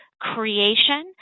creation